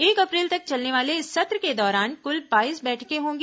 एक अप्रैल तक चलने वाले इस सत्र के दौरान कुल बाईस बैठकें होंगी